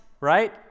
right